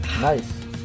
Nice